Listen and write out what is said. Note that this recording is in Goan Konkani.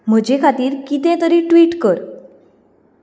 म्हजे खातीर कितें तरी ट्वीट कर